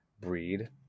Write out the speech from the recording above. breed